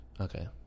Okay